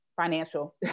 financial